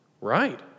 right